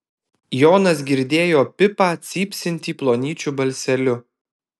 jonas girdėjo pipą cypsintį plonyčiu balseliu